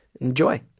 Enjoy